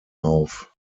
auf